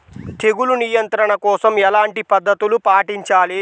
తెగులు నియంత్రణ కోసం ఎలాంటి పద్ధతులు పాటించాలి?